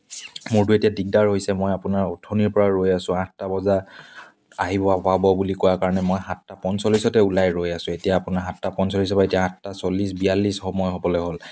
মোৰতো এতিয়া দিগদাৰ হৈছে মই আপোনাৰ অথনিৰ পৰা ৰৈ আছোঁ আঠটা বজা আহিব আহিব পাব বুলি কোৱা কাৰণে মই সাতটা পঞ্চল্লিছতে ওলাই ৰৈ আছোঁ এতিয়া আপোনাৰ সাতটা পঞ্চচল্লিছৰ পৰা এতিয়া আঠটা চল্লিছ বিয়াল্লিছ সময় হ'বলৈ হ'ল